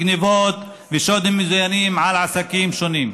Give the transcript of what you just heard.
גנבות ושוד מזוין של עסקים שונים.